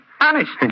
Honest